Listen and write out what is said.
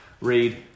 Read